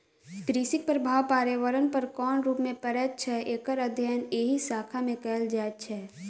कृषिक प्रभाव पर्यावरण पर कोन रूप मे पड़ैत छै, एकर अध्ययन एहि शाखा मे कयल जाइत छै